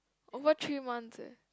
over three months eh